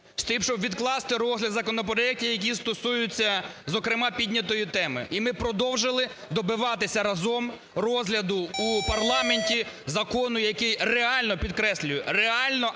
щоб відкласти розгляд законопроектів, які стосуються, зокрема, піднятої теми і ми продовжили добиватися разом розгляду у парламенті закону, який реально, підкреслюю, реально, а не